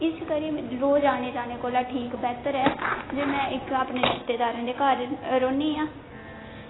इस करी रोज़ आने जाने कोला बेह्तर ऐ जे में अपने इक्क रिश्तेदारें दे घर रौह्न्नी आं